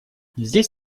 здесь